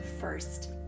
first